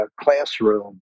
classroom